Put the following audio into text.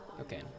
okay